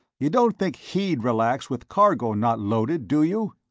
you don't think he'd relax with cargo not loaded, do you?